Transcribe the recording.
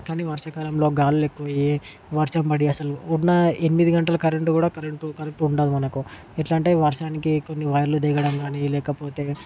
కాని వర్షాకాలంలో గాలులు ఎక్కువయ్యి వర్షం పడి అస్సలు ఉన్న ఎనిమిది గంటల కరెంట్ కూడ కరెంట్ కరెంట్ ఉండదు మనకు ఎట్లా అంటే వర్షానికి కొన్ని వైర్లు తెగడం కానీ లేకపోతే